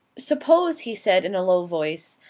suppose, he said in a low voice,